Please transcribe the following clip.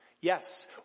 Yes